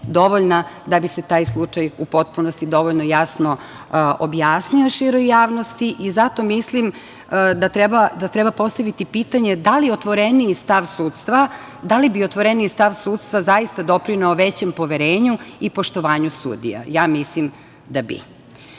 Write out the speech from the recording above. da bi se taj slučaj u potpunosti dovoljno jasno objasnio široj javnosti. Mislim da treba postaviti pitanje – da li bi otvoreniji stav sudstva zaista doprineo većem poverenju i poštovanju sudija? Ja mislim da